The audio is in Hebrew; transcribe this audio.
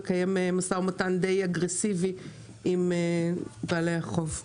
לקיים משא ומתן די אגרסיבי עם בעלי החוב.